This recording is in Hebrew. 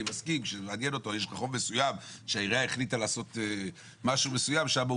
אני מסכים שאם יש רחוב מסוים שהעירייה החליטה לעשות משהו מסוים שם,